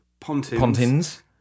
Pontins